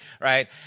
right